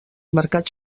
mercats